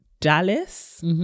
Dallas